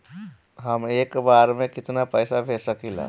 हम एक बार में केतना पैसा भेज सकिला?